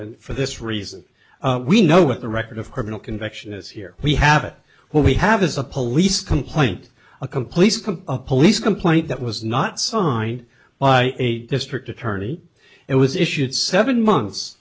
and for this reason we know what the record of criminal conviction is here we have it what we have is a police complaint a complete police complaint that was not signed by a district attorney it was issued seven months